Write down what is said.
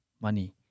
money